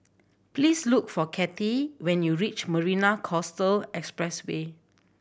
please look for Kattie when you reach Marina Coastal Expressway